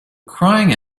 crying